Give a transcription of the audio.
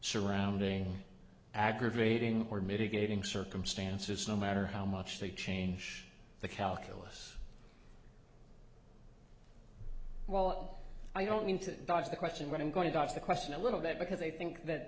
surrounding aggravating or mitigating circumstances no matter how much they change the calculus well i don't mean to dodge the question when i'm going to dodge the question a little bit because they think that